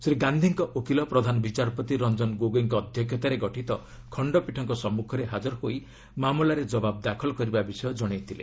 ଶ୍ରୀ ଗାନ୍ଧିଙ୍କ ଓକିଲ ପ୍ରଧାନ ବିଚାରପତି ରଞ୍ଜନ ଗୋଗୋଇଙ୍କ ଅଧ୍ୟକ୍ଷତାରେ ଗଠିତ ଖଶ୍ଚପୀଠ ସମ୍ମୁଖରେ ହାଜର ହୋଇ ମାମଲାରେ କବାବ୍ ଦାଖଲ କରିବା ବିଷୟ ଜଣାଇଥିଲେ